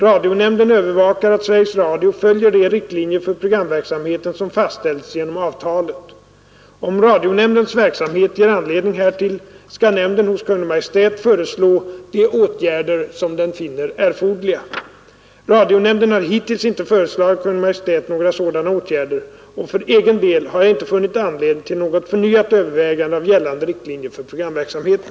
Radionämnden övervakar att Sveriges Radio följer de riktlinjer för programverksamheten som fastställts genom avtalet. Om radionämndens verksamhet ger anledning härtill skall nämnden hos Kungl. Maj:t föreslå de åtgärder som den finner erforderliga. Radionämnden har hittills inte föreslagit Kungl. Maj:t några sådana åtgärder, och för egen del har jag inte funnit anledning till något förnyat övervägande av gällande riktlinjer för programverksamheten.